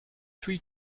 three